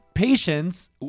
Patience